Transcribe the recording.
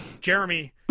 Jeremy